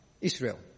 Israel